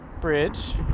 Bridge